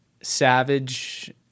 savage